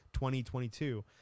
2022